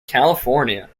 california